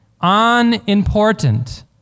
unimportant